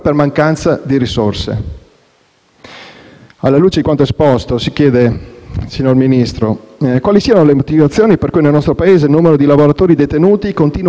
Alla luce di quanto esposto si chiede, signor Ministro, quali siano le motivazioni per cui nel nostro Paese il numero di lavoratori detenuti continua ad essere ridottissimo,